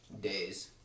days